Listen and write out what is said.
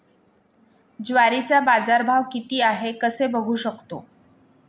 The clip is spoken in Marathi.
ज्वारीचा बाजारभाव किती आहे कसे बघू शकतो?